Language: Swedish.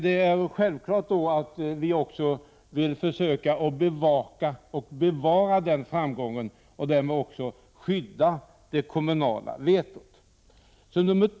Det är därför självklart att vi i centern också vill försöka bevaka och bevara den framgången och därmed också skydda det kommunala vetot.